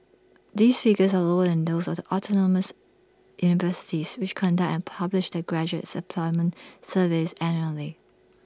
these figures are lower than those of the autonomous universities which conduct and publish their graduate employment surveys annually